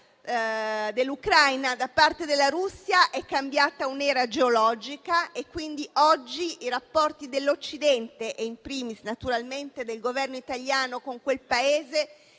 dell'Ucraina da parte della Russia, è cambiata un'era geologica, quindi oggi i rapporti dell'Occidente e in primis naturalmente del Governo italiano con quel Paese